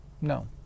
No